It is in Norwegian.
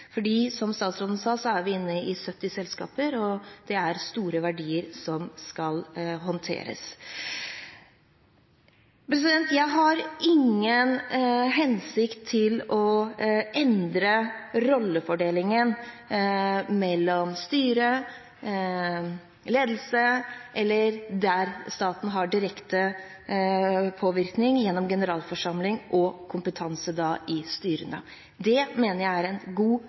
som statsråden sa, inne i 70 selskaper, og det er store verdier som skal håndteres. Jeg har ikke til hensikt å endre rollefordelingen mellom styre, ledelse eller der staten har direkte påvirkning gjennom generalforsamling og kompetanse i styrene. Det mener jeg er en god